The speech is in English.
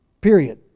Period